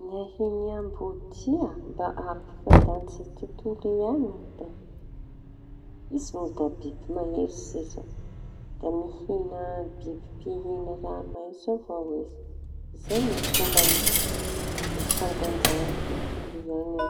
Ny ahiñ ambodia mba ampifandanja tontoloiaña. Izy moa da biby mahery setra da mihiña biby mpihina raha maïtso avao ny ahiañy mba hampifandanjaha tontolo iaiñana.